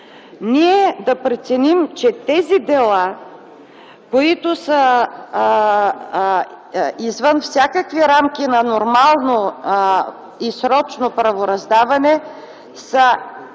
ние да преценим, че делата, които са извън всякакви рамки на нормално и срочно правораздаване са